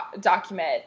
document